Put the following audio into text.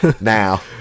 Now